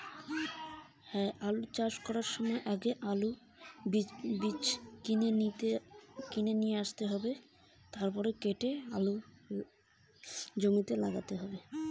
আলু চাষ করার সময় কি বীজ শোধন করতে হবে?